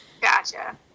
Gotcha